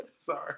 Sorry